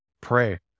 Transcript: pray